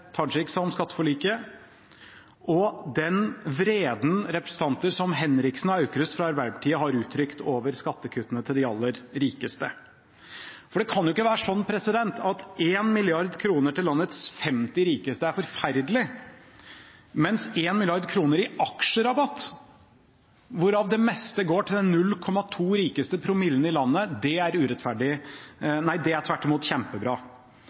Tajik sa om skatteforliket, og den vreden representanter som Henriksen og Aukrust fra Arbeiderpartiet har uttrykt over skattekuttene til de aller rikeste. Det kan jo ikke være sånn at 1 mrd. kr til landets 50 rikeste er forferdelig, mens 1 mrd. kr i aksjerabatt – hvorav det meste går til de 0,2 rikeste promillene i landet – tvert imot er